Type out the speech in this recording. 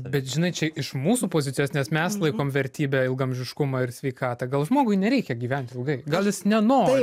bet žinai čia iš mūsų pozicijos nes mes laikom vertybe ilgaamžiškumą ir sveikatą gal žmogui nereikia gyvent ilgai gal jis nenori